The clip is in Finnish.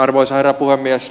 arvoisa herra puhemies